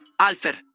Alfer